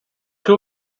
two